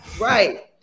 Right